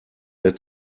mehr